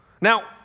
Now